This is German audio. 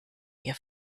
wir